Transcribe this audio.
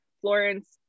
Florence